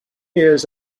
years